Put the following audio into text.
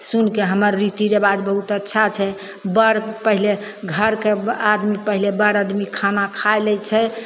सुनिके हमर रीतीरिबाज बहुत अच्छा छै बड़ पहिले घरके आदमी पहिले बड़ आदमी खाना खाइ लै छै